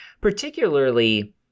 particularly